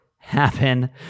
happen